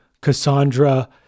Cassandra